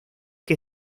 que